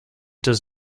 does